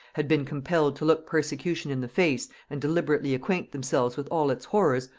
had been compelled to look persecution in the face and deliberately acquaint themselves with all its horrors,